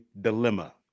dilemma